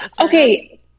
okay